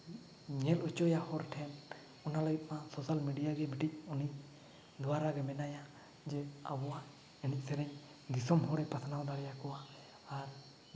ᱧᱮᱞ ᱦᱚᱪᱚᱭᱟ ᱦᱚᱲ ᱴᱷᱮᱱ ᱚᱱᱟ ᱞᱟᱹᱜᱤᱫ ᱢᱟ ᱥᱳᱥᱟᱞ ᱢᱤᱰᱤᱭᱟ ᱜᱮ ᱢᱤᱫᱴᱤᱡ ᱩᱱᱤ ᱫᱩᱣᱟᱨᱟ ᱜᱮ ᱢᱮᱱᱟᱭᱟ ᱡᱮ ᱟᱵᱚᱣᱟᱜ ᱮᱱᱮᱡ ᱥᱮᱨᱮᱧ ᱫᱤᱥᱚᱢ ᱦᱚᱲᱮ ᱯᱟᱥᱱᱟᱣ ᱫᱟᱲᱮᱭᱟᱠᱚᱣᱟ ᱟᱨ